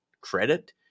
credit